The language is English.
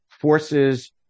forces